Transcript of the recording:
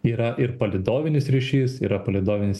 yra ir palydovinis ryšys yra palydovinis